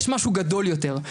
יש משהו גדול יותר.